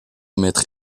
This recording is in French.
maître